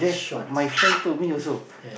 that's what my friend told me also